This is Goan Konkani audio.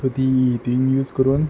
सो ती ती यूज करून